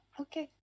okay